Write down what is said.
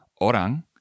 orang